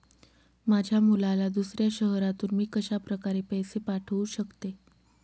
माझ्या मुलाला दुसऱ्या शहरातून मी कशाप्रकारे पैसे पाठवू शकते?